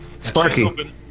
Sparky